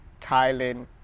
Thailand